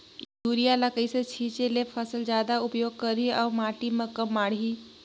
Urea ल कइसे छीचे ल फसल जादा उपयोग करही अउ माटी म कम माढ़ही?